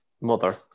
mother